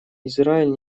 израиль